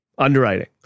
Underwriting